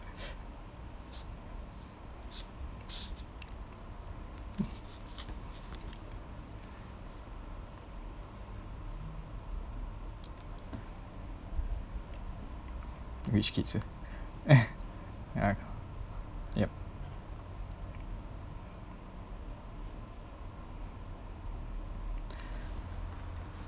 rich kids ah ah yup